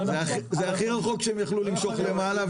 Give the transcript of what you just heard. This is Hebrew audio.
זה הכי רחוק שהם יכלו למשוך למעלה.